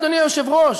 אדוני היושב-ראש,